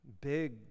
big